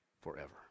forever